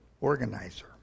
organizer